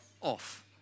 off